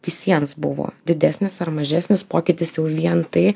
visiems buvo didesnis ar mažesnis pokytis jau vien tai